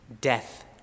Death